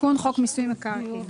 תיקון חוק מיסוי מקרקעין.